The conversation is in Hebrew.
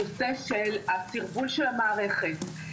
נושא התרגול של המערכת,